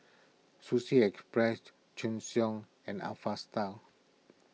Sushi Express Sheng Siong and Alpha Style